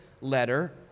letter